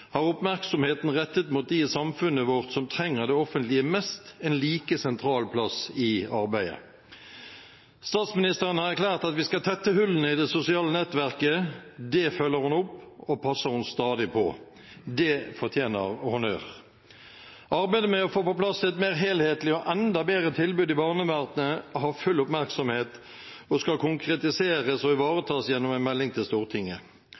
har oppmerksomheten som er rettet mot dem i samfunnet vårt som trenger det offentlige mest, en like sentral plass i arbeidet. Statsministeren har erklært at vi skal tette hullene i det sosiale nettverket, og det følger hun opp og passer stadig på. Det fortjener honnør. Arbeidet med å få på plass et mer helhetlig og enda bedre tilbud i barnevernet har full oppmerksomhet og skal konkretiseres og ivaretas gjennom en melding til Stortinget